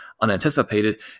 unanticipated